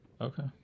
okay